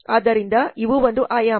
ಆದ್ದರಿಂದ ಇವು ಒಂದು ಆಯಾಮ